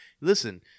listen